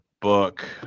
book